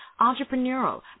entrepreneurial